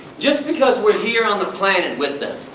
just because we're here on the planet with them.